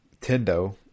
Tendo